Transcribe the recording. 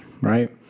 right